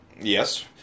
Yes